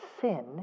sin